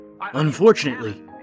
Unfortunately